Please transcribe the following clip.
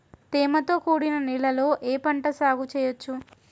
తేమతో కూడిన నేలలో ఏ పంట సాగు చేయచ్చు?